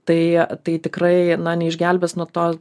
tai tai tikrai neišgelbės nuo to